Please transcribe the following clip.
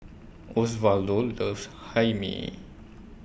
Osvaldo loves Hae Mee